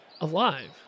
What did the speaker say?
alive